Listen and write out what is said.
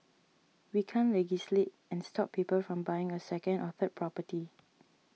we can't legislate and stop people from buying a second or third property